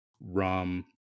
rum